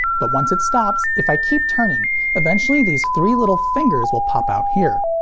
but once it stops, if i keep turning eventually these three little fingers will pop out here.